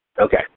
Okay